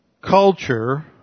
culture